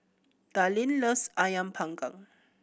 Darline loves Ayam Panggang